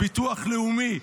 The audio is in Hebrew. ביטוח לאומי,